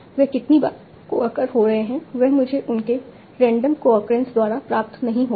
वे कितनी बार कोअक्र हो रहे हैं वह मुझे उनके रेंडम कोअक्रेंसेस द्वारा प्राप्त नहीं होगा